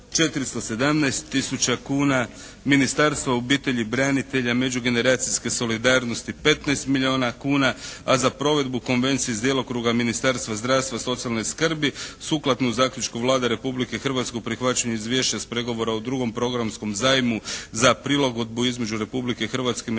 417 tisuća kuna, Ministarstvo obitelji, branitelja, međugeneracijske solidarnosti 15 milijona kuna, a za provedbu konvencije iz djelokruga Ministarstva zdravstva i socijalne skrbi sukladno zaključku Vlada Republike Hrvatske u prihvaćanju izvješća iz pregovora o drugom programskom zajmu za prilagodbu između Republike Hrvatske i